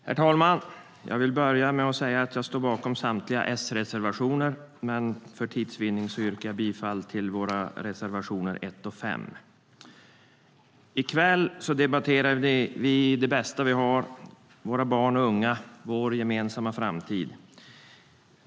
Herr talman! Jag vill börja med att säga att jag står bakom samtliga S-reservationer men att jag för tids vinnande yrkar bifall till våra reservationer 1 och 5. I kväll debatterar vi det bästa vi har, nämligen våra barn och unga, vår gemensamma framtid.